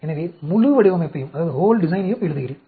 எனவே முழு வடிவமைப்பையும் எழுதுகிறேன்